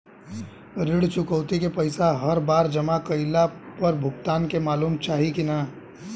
ऋण चुकौती के पैसा हर बार जमा कईला पर भुगतान के मालूम चाही की ना?